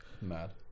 Mad